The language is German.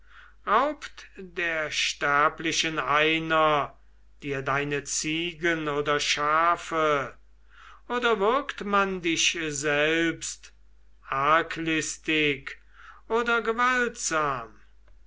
raubt der sterblichen einer dir deine ziegen und schafe oder würgt man dich selbst arglistig oder gewaltsam